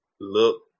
look